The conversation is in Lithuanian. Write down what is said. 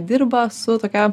dirba su tokia